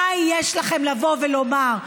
מה יש לכם לבוא ולומר?